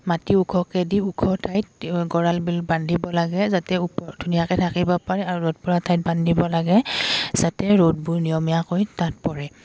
মাটি ওখকৈ দি ওখ ঠাইত গঁৰাল বিল বান্ধিব লাগে যাতে ওপৰত ধুনীয়াকৈ থাকিব পাৰে আৰু ৰ'দ পৰা ঠাইত বান্ধিব লাগে যাতে ৰ'দবোৰ নিয়মীয়াকৈ তাত পৰে